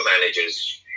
managers